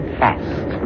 fast